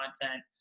content